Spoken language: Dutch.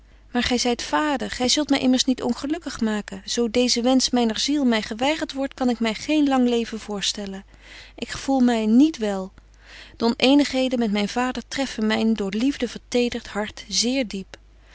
maar gy zyt vader gy zult my immers niet ongelukkig maken zo deeze wensch myner ziel my geweigert wordt kan ik my geen lang leven voorstellen ik gevoel my niet wel de onëenigheden met myn vader treffen myn door liefde vertedert hart zeer diep